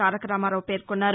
తారకరామారావు పేర్కొన్నారు